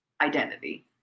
identity